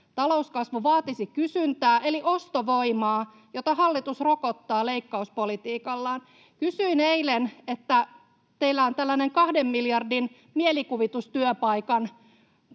Talouskasvu vaatisi kysyntää eli ostovoimaa, jota hallitus rokottaa leikkauspolitiikallaan. Kysyin eilen, että kun teillä on tällainen kahden miljardin mielikuvitustyöpaikan